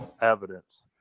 evidence